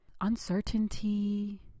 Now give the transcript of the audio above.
uncertainty